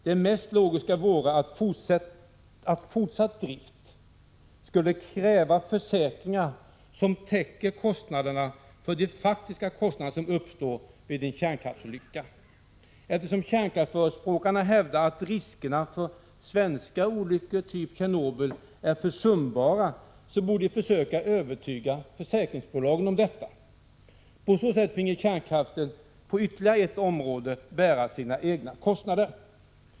Det mest logiska vore att fortsatt drift skulle kräva försäkringar som täcker de faktiska kostnader som uppstår vid en kärnkraftsolycka. Eftersom kärnkraftsförespråkarna hävdar att riskerna för svenska olyckor av typ Tjernobyl är försumbara, så borde de försöka övertyga försäkringsbolagen om detta. På så sätt finge kärnkraften på ytterligare ett område bära sina egna kostnader.